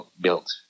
built